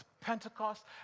Pentecost